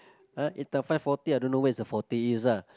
!huh! eight times five forty I don't know where the forty is ah